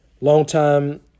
longtime